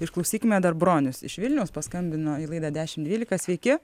išklausykime dar bronius iš vilniaus paskambino į laidą dešimt dvylika sveiki